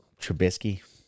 Trubisky